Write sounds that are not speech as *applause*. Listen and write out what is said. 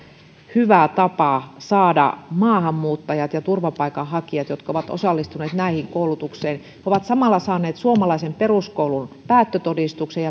hyvä tapa maahanmuuttajat ja turvapaikanhakijat jotka ovat osallistuneet näihin koulutuksiin ovat samalla saaneet suomalaisen peruskoulun päättötodistuksen *unintelligible*